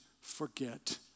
forget